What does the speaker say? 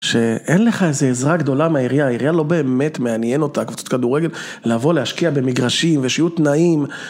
שאין לך איזה עזרה גדולה מהעירייה, העירייה לא באמת מעניין אותה, קבוצת כדורגל, לבוא להשקיע במגרשים ושיהיו תנאים.